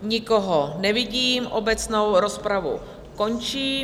Nikoho nevidím, obecnou rozpravu končím.